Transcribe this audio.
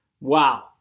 Wow